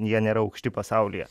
jie nėra aukšti pasaulyje